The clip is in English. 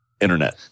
internet